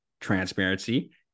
transparency